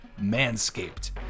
Manscaped